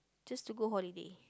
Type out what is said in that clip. just to go holiday